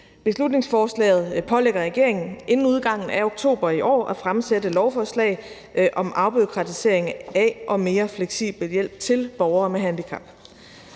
Beslutningsforslaget pålægger regeringen inden udgangen af oktober i år at fremsætte et lovforslag om afbureaukratisering af og mere fleksibel hjælp til borgere med handicap.